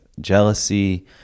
jealousy